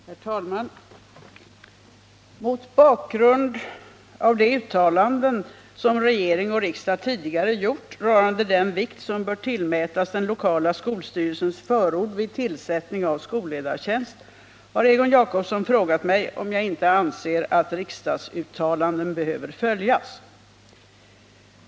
Herr talman! Mot bakgrund av de uttalanden som regering och riksdag tidigare gjort rörande den vikt som bör tillmätas den lokala skolstyrelsens förord vid tillsättning av skolledartjänst har Egon Jacobsson frågat mig om jag inte anser att riksdagsuttalanden behöver följas.